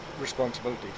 responsibility